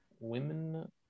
women